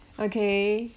okay